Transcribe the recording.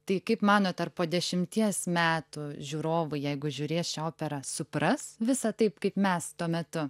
tai kaip manot ar po dešimties metų žiūrovai jeigu žiūrės šią operą supras visa taip kaip mes tuo metu